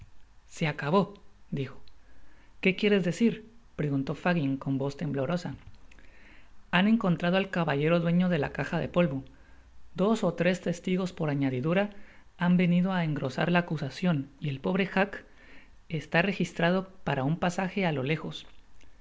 se acabó dijo qué quiéres decir preguntó fagin con voz temblorosa han encontrado al caballero dueño de la caja de polvo dos ó tres testigos por añadidura han venido á engrosarla acusacion y el pobre jac está registrado para un pasaje álo lejos